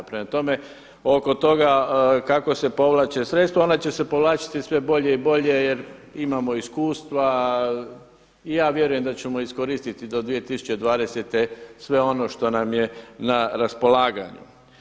Prema tome, oko toga kako se povlače sredstva, ona će se povlačiti sve bolje i bilje jer imamo iskustva i ja vjerujem da ćemo iskoristiti do 2020. sve ono što nam je na raspolaganju.